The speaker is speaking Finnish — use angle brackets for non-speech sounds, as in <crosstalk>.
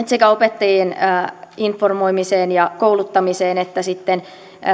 <unintelligible> sekä opettajien informoimiseen ja kouluttamiseen että sitten